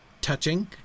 touching